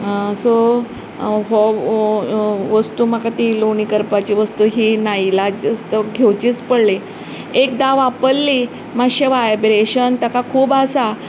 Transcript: so हो वस्तू म्हाका ती लोणी करपाची वस्तू ही नायीलाजस्तव घेवचीच पडली एकदा वापरली मात्शें वायब्रेशन ताका खूब आसा